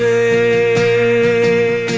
a